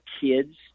kids